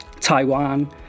Taiwan